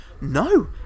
No